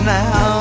now